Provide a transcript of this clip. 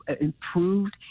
improved